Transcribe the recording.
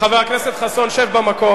חבר הכנסת חסון, שב במקום.